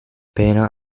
pena